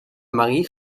marie